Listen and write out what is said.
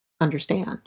understand